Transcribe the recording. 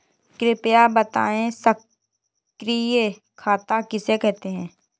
कृपया बताएँ सक्रिय खाता किसे कहते हैं?